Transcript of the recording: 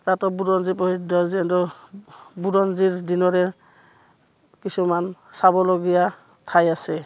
তাতো বুৰঞ্জী প্ৰসিদ্ধ যিটো বুুৰঞ্জীৰ দিনৰে কিছুমান চাবলগীয়া ঠাই আছে